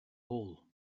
hole